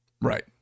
Right